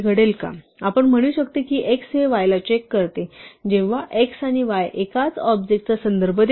आपण असे म्हणू शकतो की x हे y ला चेक करते जेव्हा x आणि y एकाच ऑब्जेक्टचा संदर्भ देतात